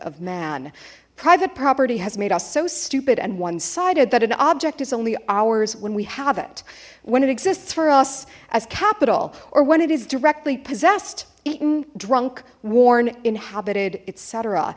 of man private property has made us so stupid and one sided that an object is only ours when we have it when it exists for us as capital or when it is directly possessed eaten drunk warned inhabited et